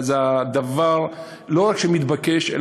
הדבר שלא רק מתבקש,